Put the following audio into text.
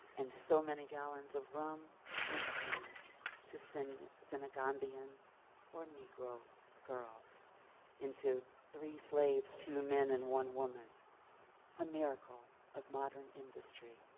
and so many gallons of rum in turn to senagambian or negro girls into three slaves two men and one woman a miracle of modern industry,